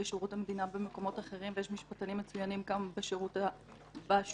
יש משפטנים מצוינים בשירות המדינה ובמקומות